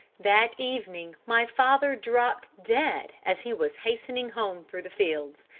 that evening my father dropped dead as he was hastening home through the fields.